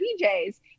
PJs